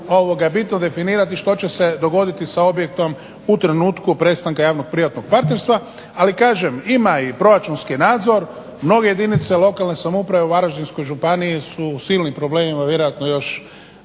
bitno definirati što će se dogoditi sa objektom u trenutku prestanka javno privatnog partnerstva. Ali kažem ima i proračunski nadzor, mnoge jedinice lokalne samouprave u Varaždinskoj županiji su u silnim problemima vjerojatno još